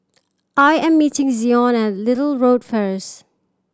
I am meeting Zion at Little Road first